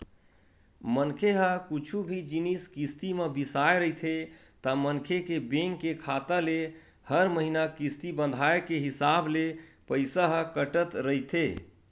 मनखे ह कुछु भी जिनिस किस्ती म बिसाय रहिथे ता मनखे के बेंक के खाता ले हर महिना किस्ती बंधाय के हिसाब ले पइसा ह कटत रहिथे